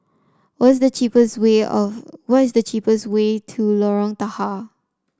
what's the cheapest way of what is the cheapest way to Lorong Tahar